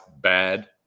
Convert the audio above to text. bad